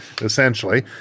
essentially